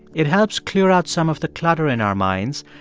it helps clear out some of the clutter in our minds,